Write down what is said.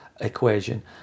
equation